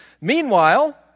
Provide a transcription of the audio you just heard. Meanwhile